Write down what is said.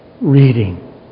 reading